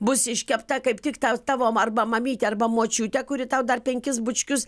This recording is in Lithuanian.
bus iškepta kaip tik tau tavo arba mamytė arba močiutė kuri tau dar penkis bučkius